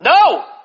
No